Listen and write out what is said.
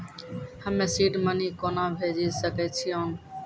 हम्मे seed money कोना भेजी सकै छिओंन